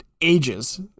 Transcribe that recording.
ages